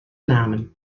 namen